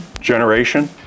generation